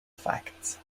facts